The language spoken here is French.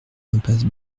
impasse